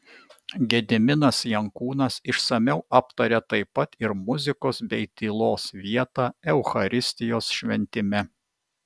gediminas jankūnas išsamiau aptaria taip pat ir muzikos bei tylos vietą eucharistijos šventime